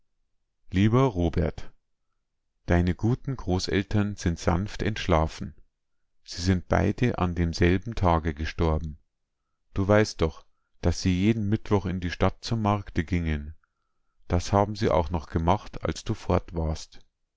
lieber robert deine guten großeltern sind sanft entschlafen sie sind beide an demselben tage gestorben du weißt doch daß sie jeden mittwoch in die stadt zum markte gingen das haben sie auch noch gemacht als du fort warst